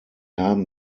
haben